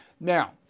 Now